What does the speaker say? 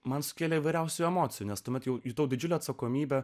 man sukėlė įvairiausių emocijų nes tuomet jau jutau didžiulę atsakomybę